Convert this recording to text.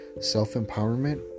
self-empowerment